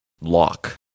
lock